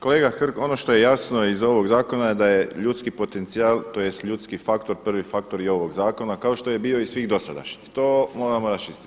Kolega Hrg, ono što je jasno iz ovog zakona je da je ljudski potencijal, tj. ljudski faktor prvi faktor i ovog zakona kao što je bio i svih dosadašnjih, to moramo raščistiti.